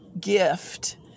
gift